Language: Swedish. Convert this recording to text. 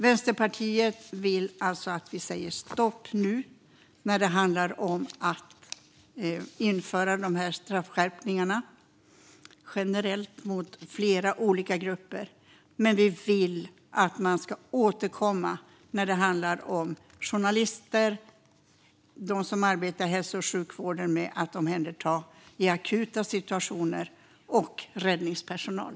Vänsterpartiet vill alltså att vi säger stopp när det handlar om att införa dessa straffskärpningar generellt mot flera olika grupper. Vi vill att man återkommer när det handlar om journalister, de som arbetar i hälso och sjukvården med att omhänderta i akuta situationer och räddningspersonal.